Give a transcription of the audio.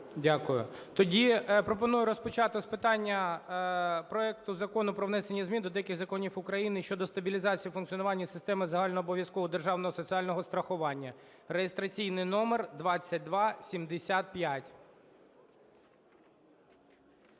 Дякую. Тоді пропоную розпочати з питання: проекту Закону про внесення змін до деяких законів України щодо стабілізації функціонування системи загальнообов'язкового державного соціального страхування, (реєстраційний номер 2275).